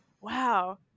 wow